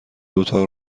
اتاق